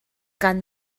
kaan